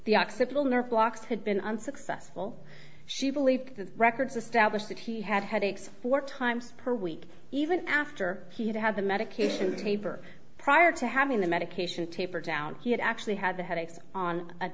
occipital nerve blocks had been unsuccessful she believed the records established that he had headaches four times per week even after he had had the medication taper prior to having the medication taper down he had actually had the headaches on a